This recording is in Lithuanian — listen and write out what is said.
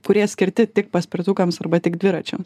kurie skirti tik paspirtukams arba tik dviračiams